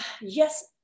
Yes